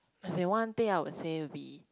say one day I would say will be